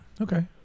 Okay